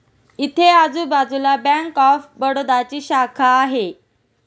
इथे आजूबाजूला bank of बडोदाची शाखा आहे का?